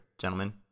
gentlemen